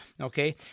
Okay